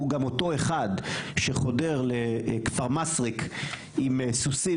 שהוא גם אותו אחד שחודר לכפר מסריק עם סוסים